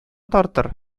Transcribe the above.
тартыр